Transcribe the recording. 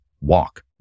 walk